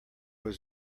was